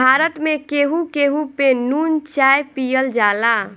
भारत में केहू केहू पे नून चाय पियल जाला